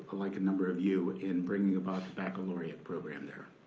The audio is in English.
like a number of you, in bringing about the baccalaureate program there.